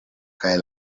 kaj